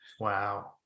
Wow